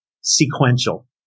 sequential